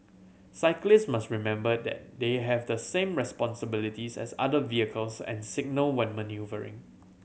cyclists must remember that they have the same responsibilities as other vehicles and signal when manoeuvring